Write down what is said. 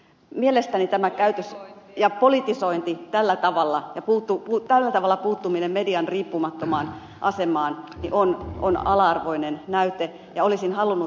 mielestäni tämä käytös ja politisointi ja tällä tavalla puuttuminen median riippumattomaan asemaan on ala arvoinen näyte ja olisin halunnut kyllä että ed